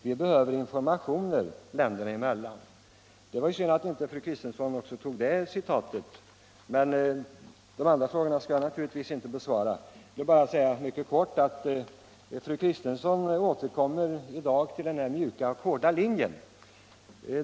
Vi behöver informationer länderna emellan.” Det är synd att inte fru Kristensson gjorde också det citatet. De andra frågorna skall jag naturligtvis inte besvara. Jag vill bara säga mycket kort att fru Kristensson i dag återkommer till den mjuka och den hårda linjen.